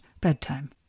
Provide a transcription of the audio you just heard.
bedtime